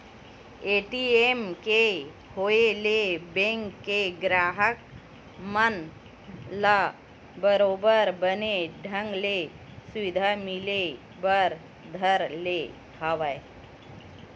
ATM के होय ले बेंक के गराहक मन ल बरोबर बने ढंग ले सुबिधा मिले बर धर ले हवय